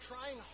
trying